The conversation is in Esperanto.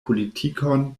politikon